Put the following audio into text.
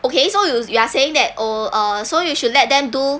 okay so you you are saying that oh uh so you should let them do